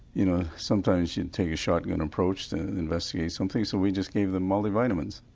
you know sometimes you take a shotgun approach that and investigates some things, so we just gave them multi vitamins,